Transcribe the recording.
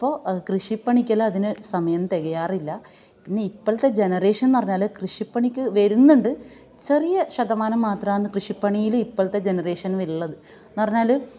ഇപ്പോൾ കൃഷിപ്പണിക്കെല്ലാം അതിന് സമയം തികയാറില്ല പിന്നെ ഇപ്പൊളത്തെ ജനറേഷന്ന്ന് പറഞ്ഞാൽ കൃഷിപ്പണിക്ക് വരുന്നുണ്ട് ചെറിയ ശതമാനം മാത്രാന്ന് കൃഷിപ്പണിയിൽ ഇപ്പൊളത്തെ ജനറേഷനില് ഉള്ളത് എന്ന് പറഞ്ഞാൽ